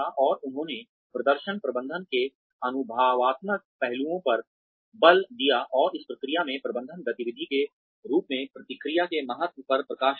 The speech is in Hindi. और उन्होंने प्रदर्शन प्रबंधन के अनुभवात्मक पहलुओं पर बल दिया और इस प्रक्रिया में प्रबंधन गतिविधि के रूप में प्रतिक्रिया के महत्व पर प्रकाश डाला